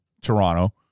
Toronto